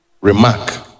remark